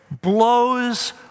blows